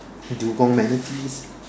dugong manatees